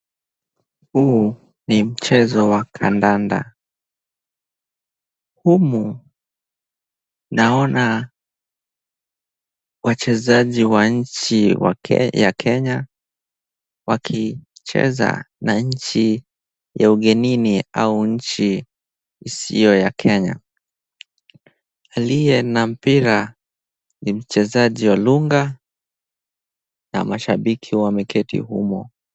Huu ni mchezo wa kandanda. Humu naona wachezaji wa nchi ya Kenya wakicheza na nchi ya ugenini au nchi isiyo ya Kenya. Aliye na mpira ni mchezaji Olunga na mashabiki wameketi humo.